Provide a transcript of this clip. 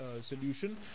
solution